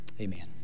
Amen